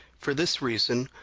for this reason,